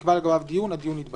ונקבע לגביו דיון, הדיון יתבטל.